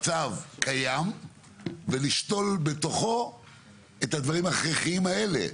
מצב קיים ולשתול בתוכו את הדברים ההכרחיים האלה,